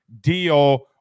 deal